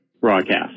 broadcast